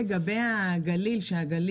יעל רון בן משה (כחול לבן): אני אגיד גם לגבי הגליל שגם בעבודות